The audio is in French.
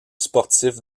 sportif